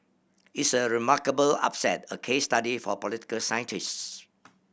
it's a remarkable upset a case study for political scientists